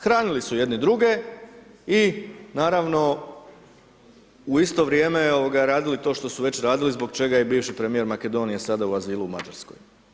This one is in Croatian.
Hranili su jedni druge i naravno u isto vrijeme radili to što su već radili zabo čega je i bivši premijer Makedonije sada u azilu u Mađarskoj.